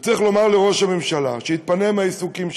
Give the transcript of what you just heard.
וצריך לומר לראש הממשלה שיתפנה מהעיסוקים שלו,